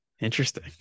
Interesting